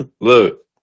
Look